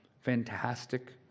fantastic